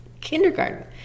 kindergarten